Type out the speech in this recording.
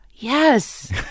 Yes